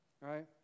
Right